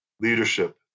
Leadership